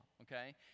okay